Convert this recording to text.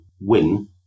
win